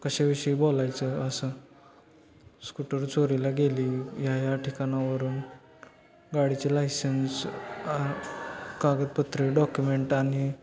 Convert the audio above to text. कशाविषयी बोलायचं असं स्कूटर चोरीला गेली ह्या ह्या ठिकाणावरून गाडीचे लायसन्स कागदपत्रे डॉक्युमेंट आणि